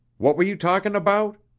what were you talking about?